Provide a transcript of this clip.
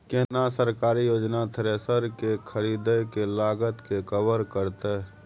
केना सरकारी योजना थ्रेसर के खरीदय के लागत के कवर करतय?